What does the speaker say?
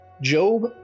Job